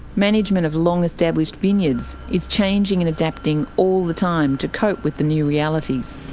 management of long established vineyards is changing and adapting all the time to cope with the new realities.